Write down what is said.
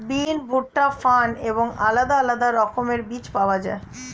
বিন, ভুট্টা, ফার্ন এবং আলাদা আলাদা রকমের বীজ পাওয়া যায়